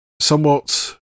somewhat